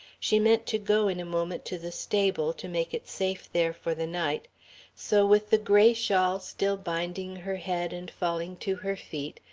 she meant to go in a moment to the stable to make it safe there for the night so, with the gray shawl still binding her head and falling to her feet,